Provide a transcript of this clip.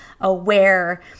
aware